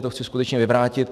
To chci skutečně vyvrátit.